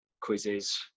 quizzes